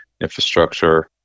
infrastructure